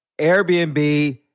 Airbnb